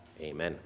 Amen